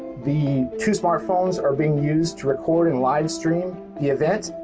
the two smartphones are being used to record and live stream the event.